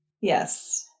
Yes